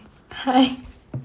hi